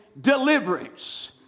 deliverance